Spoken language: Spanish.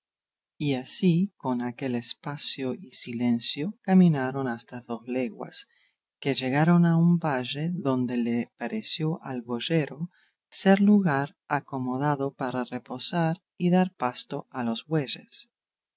y así con aquel espacio y silencio caminaron hasta dos leguas que llegaron a un valle donde le pareció al boyero ser lugar acomodado para reposar y dar pasto a los bueyes